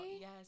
Yes